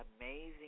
Amazing